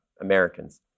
Americans